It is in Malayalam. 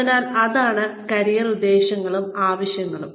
അതിനാൽ അതാണ് കരിയർ ഉദ്ദേശ്യങ്ങളും ആവശ്യങ്ങളും